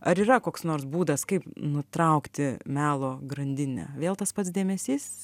ar yra koks nors būdas kaip nutraukti melo grandinę vėl tas pats dėmesys